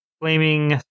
flaming